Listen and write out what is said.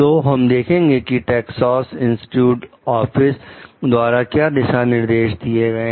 तो हम देखेंगे कि टैक्सास इंस्ट्रूमेंट ऑफिस द्वारा क्या दिशा निर्देश दिए गए हैं